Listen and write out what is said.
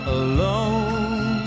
alone